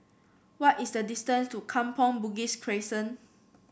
what is the distance to Kampong Bugis Crescent